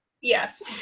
Yes